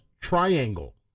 triangle